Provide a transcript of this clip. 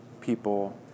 people